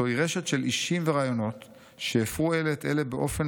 זוהי רשת של אישים ורעיונות שהפרו אלה את אלה באופן